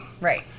Right